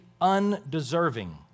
undeserving